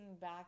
back